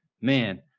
Man